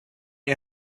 you